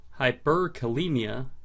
hyperkalemia